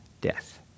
death